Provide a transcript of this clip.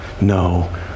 no